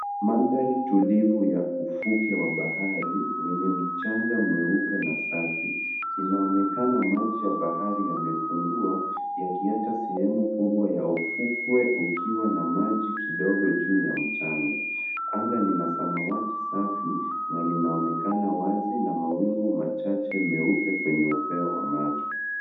Mandhari tulivu ya ufuke wa bahari wenye mchanga mweupe na safi. Inaonekana maji ya bahari yamepungua yakiacha sehemu kubwa ya ufukwe ukiwa na maji kidogo juu ya mchanga. Anga ni la samawati safi na linaonekana wazi na mawingu machache meupe kwenye upeo wa macho.